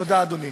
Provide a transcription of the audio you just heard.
תודה, אדוני.